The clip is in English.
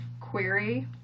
query